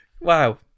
wow